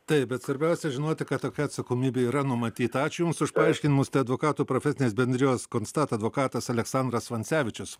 taip bet svarbiausia žinoti kad tokia atsakomybė yra numatyta ačiū jums už paaiškinimus tai advokatų profesinės bendrijos konstat advokatas aleksandras vansevičius